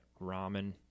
ramen